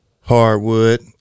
hardwood